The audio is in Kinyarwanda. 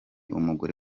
umugore